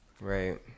Right